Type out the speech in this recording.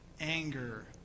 anger